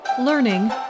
Learning